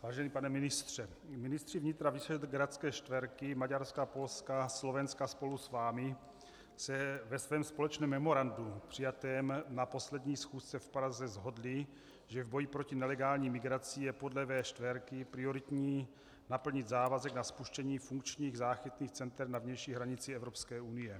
Vážený pane ministře, ministři vnitra visegrádské čtverky Maďarska, Polska, Slovenska spolu s vámi se ve svém společném memorandu přijatém na poslední schůzce v Praze shodli, že v boji proti nelegální migraci je podle V4 prioritní naplnit závazek na spuštění funkčních záchytných center na vnější hranici Evropské unie.